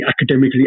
academically